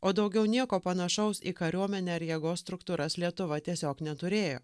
o daugiau nieko panašaus į kariuomenę ar jėgos struktūras lietuva tiesiog neturėjo